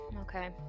okay